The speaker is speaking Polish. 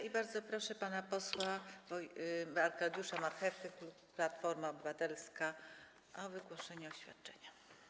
I bardzo proszę pana posła Arkadiusza Marchewkę, Platforma Obywatelska, o wygłoszenie oświadczenia.